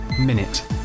Minute